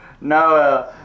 No